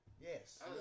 Yes